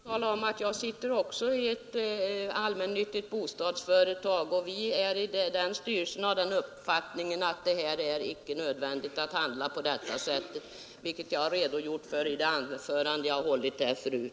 Herr talman! Jag kan tala om att även jag sitter med i styrelsen för ett allmännyttigt bostadsföretag. Vi är av den uppfattningen att det icke är nödvändigt att handla på detta sätt, vilket jag redogjort för i det anförande jag tidigare hållit.